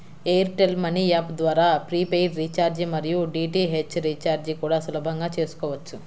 air tell money app ద్వారా prepaid recharge మరియు DTH recharge కూడా సులభంగా చేసుకోవచ్చు